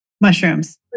mushrooms